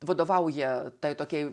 vadovauja tai tokiai